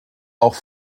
auch